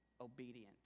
obedient